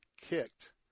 kicked